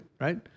right